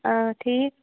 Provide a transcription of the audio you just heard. اۭں ٹھیٖک